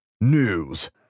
news